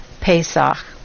Pesach